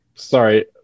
Sorry